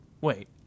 Wait